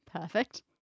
Perfect